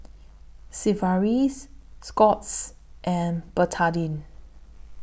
Sigvaris Scott's and Betadine